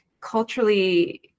culturally